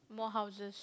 more houses